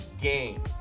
game